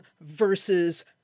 versus